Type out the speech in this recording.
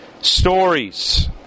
stories